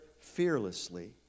fearlessly